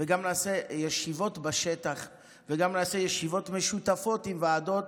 וגם נעשה ישיבות בשטח וגם נעשה ישיבות משותפות עם ועדות.